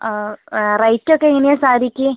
rate ഒക്കെ എങ്ങനെയാണ് സാരിക്ക്